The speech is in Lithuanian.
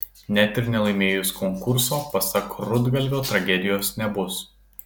net ir nelaimėjus konkurso pasak rudgalvio tragedijos nebus